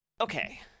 Okay